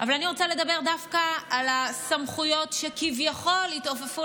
אבל אני רוצה לדבר דווקא על הסמכויות שכביכול התעופפו